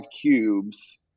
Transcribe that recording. cubes –